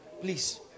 Please